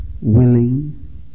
willing